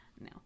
No